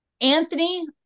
Anthony